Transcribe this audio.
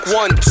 one